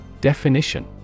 Definition